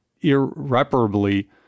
irreparably